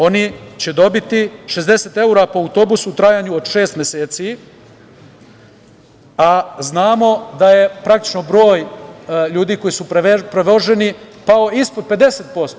Oni će dobiti 60 evra po autobusu u trajanju od šest meseci, a znamo da je praktično broj ljudi koji su prevoženi pao ispod 50%